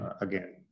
again